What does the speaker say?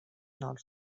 nord